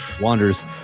wanders